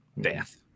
death